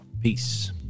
Peace